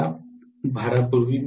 या भारापूर्वी